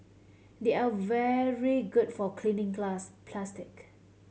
they are very good for cleaning glass plastic